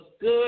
good